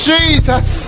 Jesus